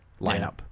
lineup